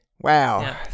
Wow